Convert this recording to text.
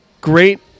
Great